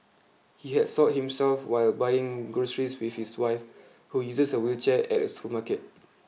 he had soiled himself while buying groceries with his wife who uses a wheelchair at a supermarket